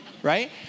Right